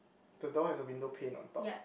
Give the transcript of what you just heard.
the door has a window paint on top